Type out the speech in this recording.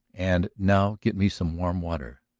and now get me some warm water.